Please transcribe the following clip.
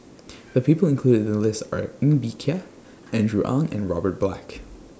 The People included in The list Are Ng Bee Kia Andrew Ang and Robert Black